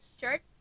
shirt